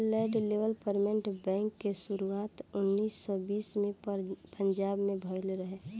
land development bank के शुरुआत उन्नीस सौ बीस में पंजाब में भईल रहे